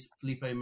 Felipe